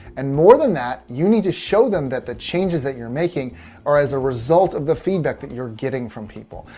and more than that, you need to show them that the changes that you're making are as a result of the feedback that you're getting from people.